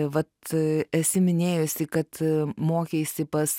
vat esi minėjusi kad mokeisi pas